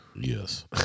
Yes